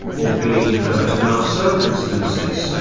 or being hurt in our circumstances,